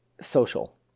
social